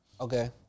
Okay